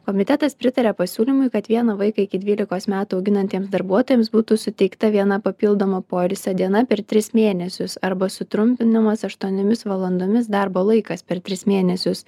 komitetas pritarė pasiūlymui kad vieną vaiką iki dvylikos metų auginantiems darbuotojams būtų suteikta viena papildoma poilsio diena per tris mėnesius arba sutrumpinamas aštuoniomis valandomis darbo laikas per tris mėnesius